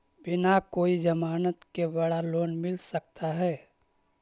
बिना कोई जमानत के बड़ा लोन मिल सकता है?